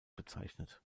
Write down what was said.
bezeichnet